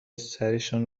سرشون